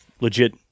legit